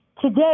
Today